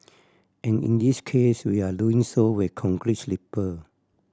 and in this case we are doing so with concrete sleeper